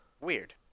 weird